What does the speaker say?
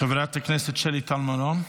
חברת הכנסת שלי טל מירון,